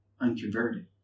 unconverted